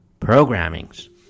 programmings